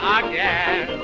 again